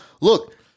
Look